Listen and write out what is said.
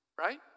Right